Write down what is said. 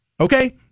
Okay